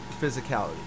physicality